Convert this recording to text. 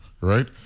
right